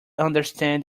understand